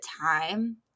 time